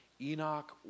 Enoch